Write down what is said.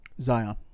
Zion